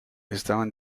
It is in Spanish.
estaban